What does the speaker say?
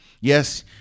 Yes